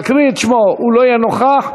אם כשאקריא את שמו הוא לא יהיה נוכח,